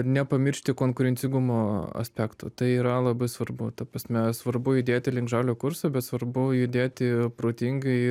nepamiršti konkurencingumo aspekto tai yra labai svarbu ta prasme svarbu judėti link žaliojo kurso bet svarbu judėti protingai